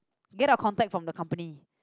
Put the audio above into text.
get our contact from the company